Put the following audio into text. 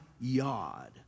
Yod